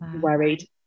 worried